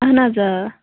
اَہَن حظ آ